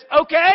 okay